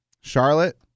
Charlotte